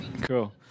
Cool